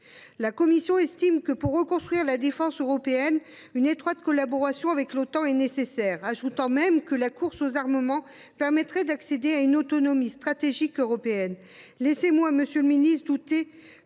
La Commission estime que, pour reconstruire la défense européenne, une étroite collaboration avec l’Otan est nécessaire, ajoutant même que la course aux armements permettrait d’accéder à une autonomie stratégique européenne. Laissez moi douter, monsieur le ministre, face